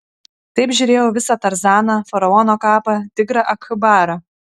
taip žiūrėjau visą tarzaną faraono kapą tigrą akbarą